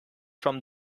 from